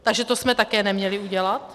Takže to jsme také neměli udělat?